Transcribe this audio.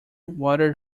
water